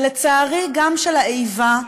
ולצערי גם של האיבה,